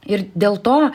ir dėl to